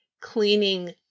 cleaning